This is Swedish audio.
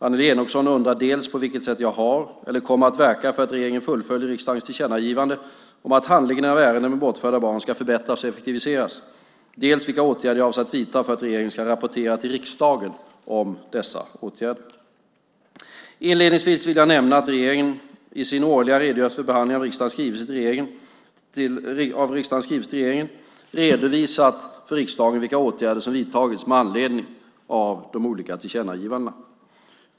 Annelie Enochson undrar dels på vilket sätt jag har eller kommer att verka för att regeringen fullföljer riksdagens tillkännagivande om att handläggningen av ärenden med bortförda barn ska förbättras och effektiviseras, dels vilka åtgärder jag avser att vidta för att regeringen ska rapportera till riksdagen om dessa åtgärder. Inledningsvis vill jag nämna att regeringen har i sin årliga redogörelse för behandlingen av riksdagens skrivelser till regeringen, senast i skr. 2008/09:75 , redovisat för riksdagen vilka åtgärder som vidtagits med anledning av de olika tillkännagivandena.